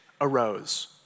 arose